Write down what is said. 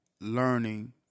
Learning